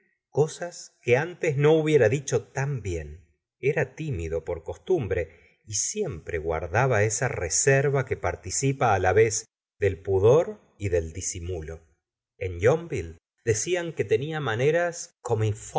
cosas que antes no hubiera dicho tan bien era tímido por costumbre y siempre guardaba esa reserva que participa la vez del pudor y del disimulo en yonville decían que tenía maneras